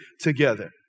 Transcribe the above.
together